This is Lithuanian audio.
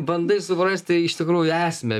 bandai suprasti iš tikrųjų esmę